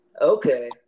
Okay